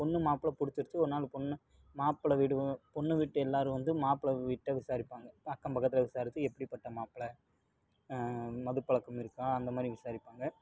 பொண்ணு மாப்பிளை பிடிச்சிடிச்சி ஒரு நாள் பொண்ணு மாப்பிளை வீடு பொண்ணு வீட்டு எல்லாேரும் வந்து மாப்பிளை வீட்டை விசாரிப்பாங்க அக்கம் பக்கத்தில் விசாரித்து எப்படிப்பட்ட மாப்பிளை மதுப்பழக்கம் இருக்கா அந்த மாதிரி விசாரிப்பாங்க